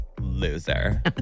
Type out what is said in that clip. loser